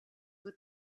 with